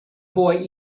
boy